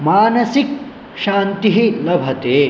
मानसिकशान्तिं लभते